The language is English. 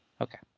Okay